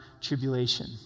tribulation